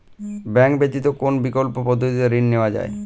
Bank ব্যতিত কোন বিকল্প পদ্ধতিতে ঋণ নেওয়া যায়?